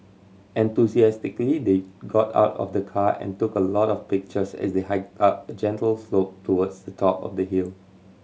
enthusiastically they got out of the car and took a lot of pictures as they hiked up a gentle slope towards the top of the hill